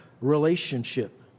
relationship